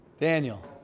Daniel